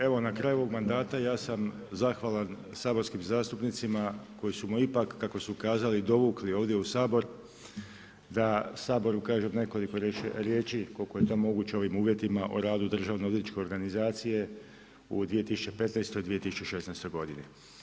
Evo, na kraju ovog mandata ja sam zahvalan saborskim zastupnicima koji su me ipak, kako su kazali, dovukli ovdje u Sabor da u Saboru kažem nekoliko riječi, koliko je to moguće u ovim uvjetima o radu državno-odvjetničke organizacije u 2015. i 2016. godini.